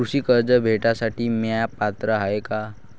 कृषी कर्ज भेटासाठी म्या पात्र हाय का?